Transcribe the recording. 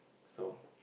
so